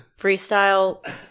freestyle